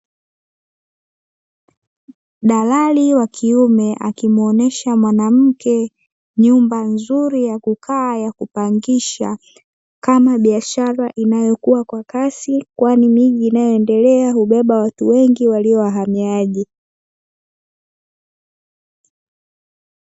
Dalali wa kiume, akimuonyesha mwanamke nyumba nzuri ya kukaa ya kupangisha, kama biashara inayokua kwa kasi, kwani miji inayoendelea hubeba watu wengi ambao ni wahamiaji.